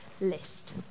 list